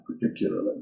particularly